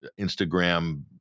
Instagram